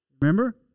Remember